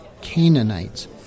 Canaanites